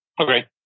Okay